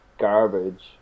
garbage